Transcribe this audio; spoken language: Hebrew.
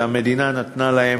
שהמדינה נתנה להן